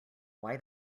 why